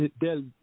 Del